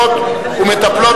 משרד התעשייה,